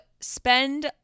spend